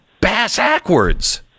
bass-ackwards